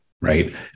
right